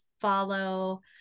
follow